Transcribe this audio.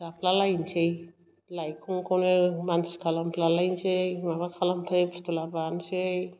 जाफ्ला लायनोसै लायखंखौनो मानसि खालामफ्लालायसै माबा खालामप्लायो फुथुला बानोसै